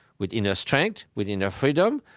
with inner strength, with inner freedom,